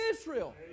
Israel